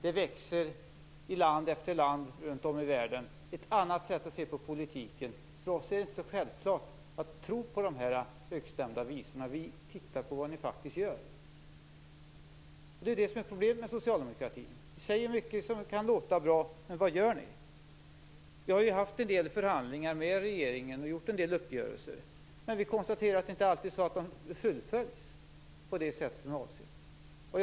I land efter land runt om i världen växer det fram ett annat sätt att se på politiken. För oss är det inte så självklart att tro på dessa högstämda visor. Vi ser på vad ni faktiskt gör. Problemet med er socialdemokrater är att ni säger mycket som kan låta bra. Men vad gör ni? Vi har ju haft en del förhandlingar och träffat en del uppgörelser med regeringen. Men vi konstaterar att det inte alltid är så att de fullföljs på det sätt som är avsett.